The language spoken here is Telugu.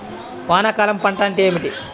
వానాకాలం పంట అంటే ఏమిటి?